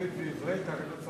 חוק לתיקון פקודת הרופאים (מס'